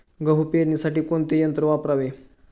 गहू पेरणीसाठी कोणते यंत्र वापरावे?